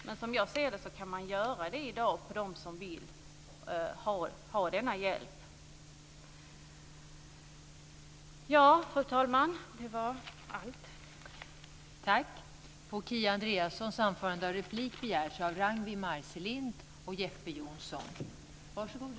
Men som jag ser det kan man erbjuda medicinering till dem som vill ha denna hjälp. Fru talman! Det var allt.